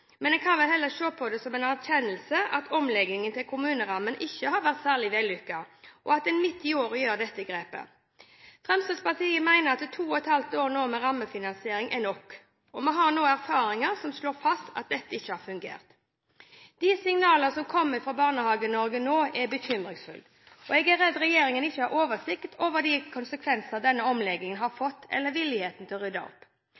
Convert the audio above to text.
men en kan vel heller se på det som en erkjennelse av at omleggingen til kommunerammen ikke har vært særlig vellykket når en midt i året gjør dette grepet. Fremskrittspartiet mener 2,5 år med rammefinansiering er nok, og vi har nå erfaringer som slår fast at dette ikke har fungert. De signaler som kommer fra Barnehage-Norge nå, er bekymringsfulle, og jeg er redd regjeringen ikke har oversikt over de konsekvensene denne omleggingen har fått, eller har viljen til å rydde opp.